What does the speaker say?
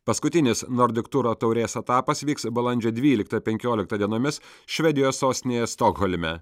paskutinis nordik turo taurės etapas vyks balandžio dvyliktą penkioliktą dienomis švedijos sostinėje stokholme